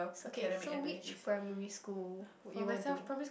okay so which primary school would you want to